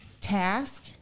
task